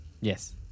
Yes